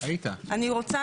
אני לא ראש